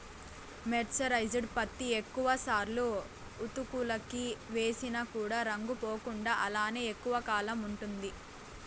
mercerised పత్తి ఎక్కువ సార్లు ఉతుకులకి వేసిన కూడా రంగు పోకుండా అలానే ఎక్కువ కాలం ఉంటుంది